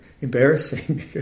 Embarrassing